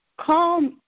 call